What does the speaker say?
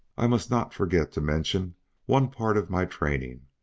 i must not forget to mention one part of my training,